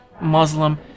Muslim